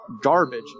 garbage